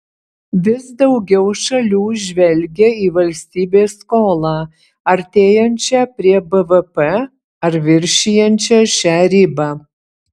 vis daugiau šalių žvelgia į valstybės skolą artėjančią prie bvp ar viršijančią šią ribą